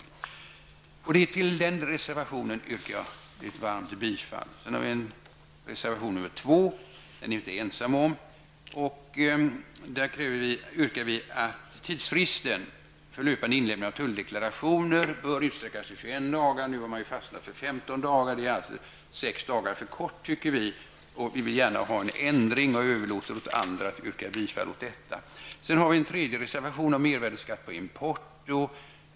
Jag yrkar varmt bifall till reservation nr Sedan har vi reservation nr 2, som vi moderater inte är ensamma om. Där yrkar vi reservanter att tidsfristen för löpande inlämning av tulldeklarationer bör utökas till 21 dagar. Nu har man fastnat för 15 dagar, och det anser vi är 6 dagar för kort tid. Vi vill gärna ha en ändring, men jag överlåter åt andra att yrka bifall till den reservationen. Sedan har vi moderater avgivit en tredje reservation om mervärdeskatt på import.